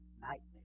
nightmare